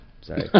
sorry